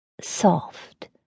soft